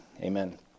Amen